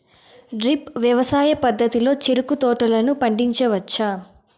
drip వ్యవసాయ పద్ధతిలో చెరుకు తోటలను పండించవచ్చా